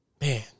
man